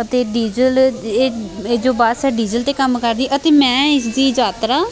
ਅਤੇ ਡੀਜ਼ਲ ਇਹ ਇਹ ਜੋ ਬੱਸ ਹੈ ਡੀਜ਼ਲ 'ਤੇ ਕੰਮ ਕਰਦੀ ਅਤੇ ਮੈਂ ਇਸਦੀ ਯਾਤਰਾ